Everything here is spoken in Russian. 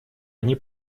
они